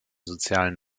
sozialen